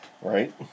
Right